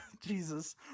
Jesus